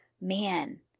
man